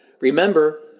Remember